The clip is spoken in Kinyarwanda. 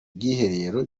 bwiherero